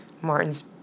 Martin's